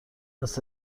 است